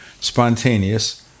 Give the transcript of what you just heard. spontaneous